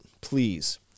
please